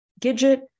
Gidget